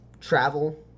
travel